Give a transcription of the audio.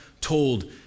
told